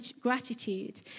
gratitude